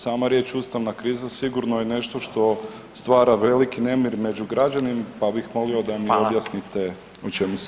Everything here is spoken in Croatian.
Sama riječ ustavna kriza sigurno je nešto što stvarna veliki nemir među građanima, pa bih molio da mi objasnite o čemu se radi.